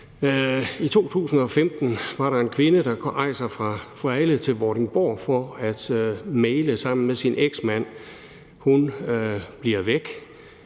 I 2015 er der en kvinde, der rejser fra Vejle til Vordingborg for at mægle sammen med sin eksmand. Hun bliver væk,